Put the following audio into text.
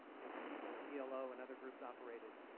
where the plo and other groups operated